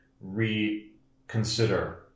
reconsider